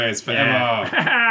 forever